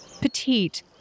petite